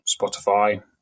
Spotify